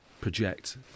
project